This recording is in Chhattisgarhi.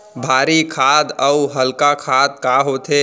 भारी खाद अऊ हल्का खाद का होथे?